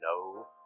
No